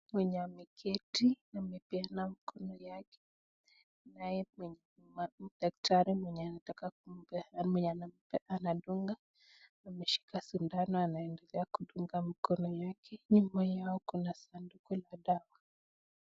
Mwenye ameketi anapeana mkono yake naye daktari mwenye anataka kumpea anadunga anaendelea kudunga mkono yake nyuma yao kuna sanduku la dawa.